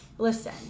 Listen